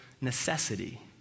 necessity